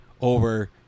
Over